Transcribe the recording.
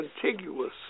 contiguous